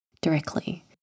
directly